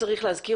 צריך להזכיר,